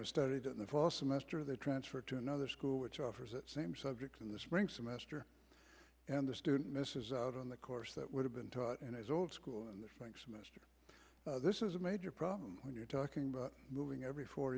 have studied in the fall semester of the transfer to another school which offers that same subject in the spring semester and the student misses out on the course that would have been taught and as old school in the franks mister this is a major problem when you're talking about moving every four